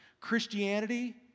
Christianity